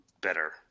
better